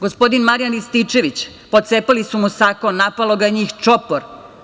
Gospodinu Marijanu Rističeviću, pocepali su mu sako, napalo ga je njih čopor.